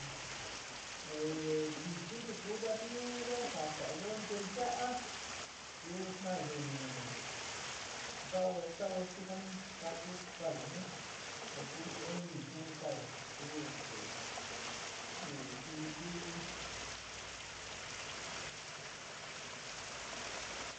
E tichi chi ku kuantiunyo ja sa´ayo nte ya´a, ku taayo nu saa, saa sokani’ ku kaayo ji o kuuchio ñii suani kaayo kuu este, suni kuu.